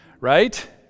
right